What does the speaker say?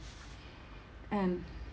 and